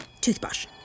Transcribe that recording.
toothbrush